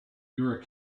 your